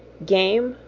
game,